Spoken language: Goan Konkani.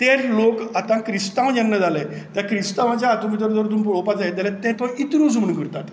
ते लोक आतां क्रिस्तांव जेन्ना जाले त्या क्रिस्तावाच्या हातूंत भितर तुमी पळोवपाक गेल्यार ते तुका इंत्रुज म्हणून करतात